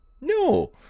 no